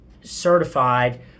certified